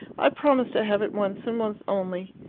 i promise to have it once, and once only.